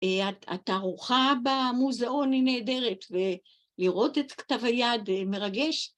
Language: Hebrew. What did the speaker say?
‫התערוכה במוזיאון היא נהדרת, ‫ולראות את כתב היד מרגש.